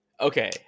okay